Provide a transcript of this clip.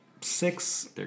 six